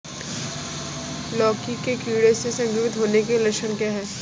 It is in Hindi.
लौकी के कीड़ों से संक्रमित होने के लक्षण क्या हैं?